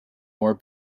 more